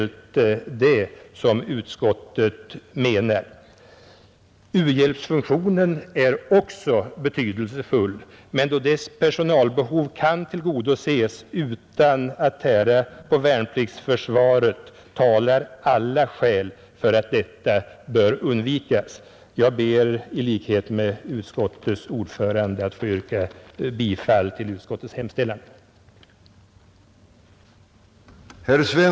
U-hjälpsfunktionen är betydelsefull, men då dess personalbehov kan tillgodoses på annat sätt, talar alla skäl för att man bör undvika att låta det tära på värnpliktsförsvaret. Jag ber i likhet med utskottets ordförande att få yrka bifall till utskottets hemställan.